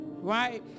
right